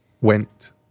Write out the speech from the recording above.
went